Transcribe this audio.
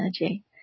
energy